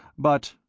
but